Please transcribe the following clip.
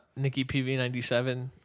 NikkiPV97